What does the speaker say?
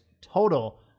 total